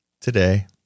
today